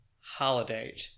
Holiday